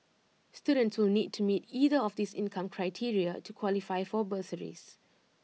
students will need to meet either of these income criteria to qualify for bursaries